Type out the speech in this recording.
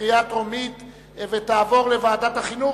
בקריאה טרומית ותעבור לוועדת החינוך.